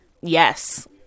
Yes